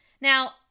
Now